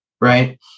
right